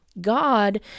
God